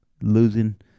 losing